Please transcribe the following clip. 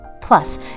Plus